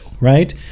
right